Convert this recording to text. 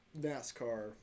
nascar